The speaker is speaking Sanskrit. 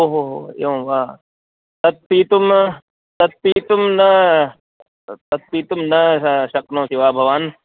ओहोहो एवं वा तत् पातुं तत् पातुं न तत् पातुं न श शक्नोति वा भवान्